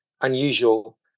unusual